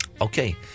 Okay